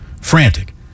Frantic